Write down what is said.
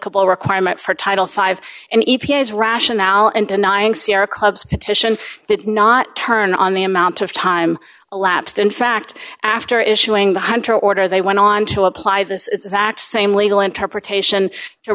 l requirement for title five in e p a s rationale and denying sierra club's petition did not turn on the amount of time elapsed in fact after issuing the hunter order they went on to apply this exact same legal interpretation to